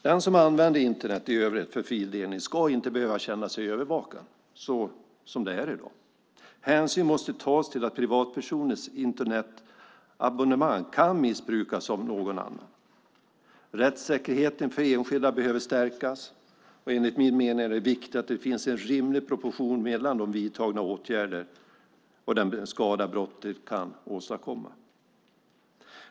Den som använder Internet i övrigt för fildelning ska inte behöva känna sig övervakad, som det är i dag. Hänsyn måste tas till att privatpersoners Internetabonnemang kan missbrukas av någon annan. Rättssäkerheten för enskilda behöver stärkas. Enligt min mening är det viktigt att det finns en rimlig proportion mellan de vidtagna åtgärderna och den skada brottet kan åstadkomma.